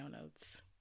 notes